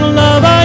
love